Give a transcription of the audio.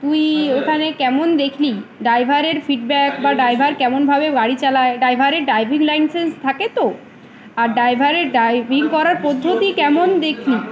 তুই ওইখানে কেমন দেখলি ড্রাইভারের ফিডব্যাক বা ড্রাইভার কেমনভাবে বাাড়ি চালায় ড্রাইভারের ড্রাইভিং লাইসেন্স থাকে তো আর ড্রাইভারের ড্রাইভিং করার পদ্ধতি কেমন দেখলি